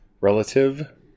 relative